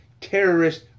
terrorist